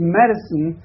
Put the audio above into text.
medicine